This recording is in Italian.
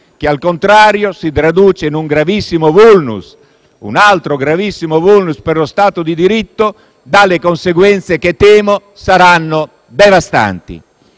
che, al contrario, si traduce in un altro gravissimo *vulnus* per lo stato di diritto, dalle conseguenze che temo saranno devastanti.